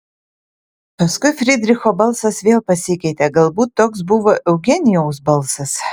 paskui frydricho balsas vėl pasikeitė galbūt toks buvo eugenijaus balsas